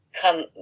come